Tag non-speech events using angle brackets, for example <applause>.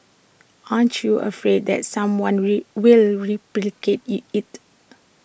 aren't you afraid that someone will will replicate IT it <noise>